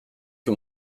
que